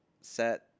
set